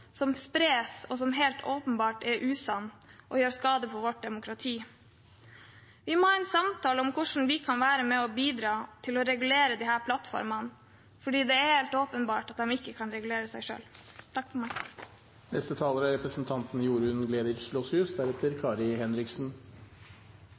som helt åpenbart er usant og gjør skade på vårt demokrati, spres. Vi må ha en samtale om hvordan vi kan være med på å bidra til å regulere disse plattformene, for det er helt åpenbart at de ikke kan regulere seg selv. Foreldre og barn som er i kontakt med barnevernet, er